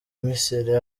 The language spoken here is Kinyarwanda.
misiri